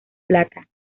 plata